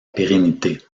pérennité